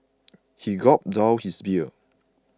he gulped down his beer